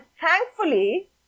thankfully